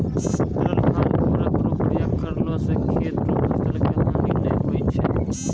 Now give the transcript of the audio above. तरल खाद उर्वरक रो प्रयोग करला से खेत रो फसल के हानी नै पहुँचय छै